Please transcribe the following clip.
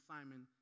Simon